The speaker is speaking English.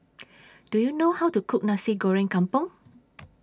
Do YOU know How to Cook Nasi Goreng Kampung